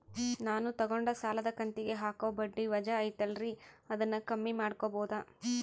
ನಾನು ತಗೊಂಡ ಸಾಲದ ಕಂತಿಗೆ ಹಾಕೋ ಬಡ್ಡಿ ವಜಾ ಐತಲ್ರಿ ಅದನ್ನ ಕಮ್ಮಿ ಮಾಡಕೋಬಹುದಾ?